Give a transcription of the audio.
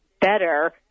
better